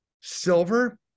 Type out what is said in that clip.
silver